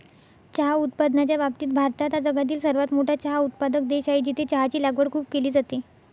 चहा उत्पादनाच्या बाबतीत भारत हा जगातील सर्वात मोठा चहा उत्पादक देश आहे, जिथे चहाची लागवड खूप केली जाते